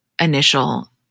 initial